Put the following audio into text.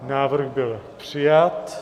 Návrh byl přijat.